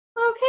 Okay